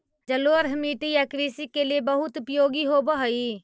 जलोढ़ मिट्टी या कृषि के लिए बहुत उपयोगी होवअ हई